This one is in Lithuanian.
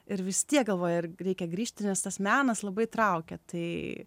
ir vis tiek galvoji ar reikia grįžti nes tas menas labai traukia tai